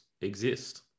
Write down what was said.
exist